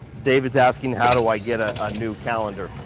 david's asking, how do i get a ah new calendar.